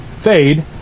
Fade